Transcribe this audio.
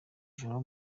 joro